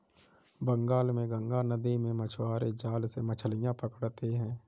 बंगाल में गंगा नदी में मछुआरे जाल से मछलियां पकड़ते हैं